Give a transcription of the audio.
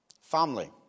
Family